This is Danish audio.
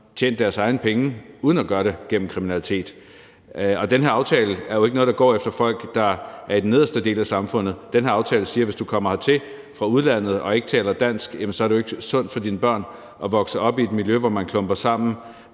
tjent deres egne penge uden at gøre det igennem kriminalitet. Den her aftale er jo ikke noget, der går efter folk, der er i den nederste del af samfundet. Den her aftale siger, at hvis du kommer hertil fra udlandet og ikke taler dansk, er det ikke sundt for dine børn at vokse op i et miljø, hvor man klumper sig sammen